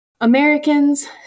Americans